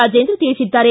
ರಾಜೇಂದ್ರ ತಿಳಿಸಿದ್ದಾರೆ